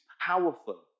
powerful